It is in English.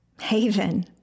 Haven